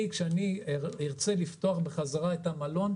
כשאני ארצה לפתוח בחזרה את המלון,